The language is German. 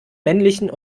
männlichen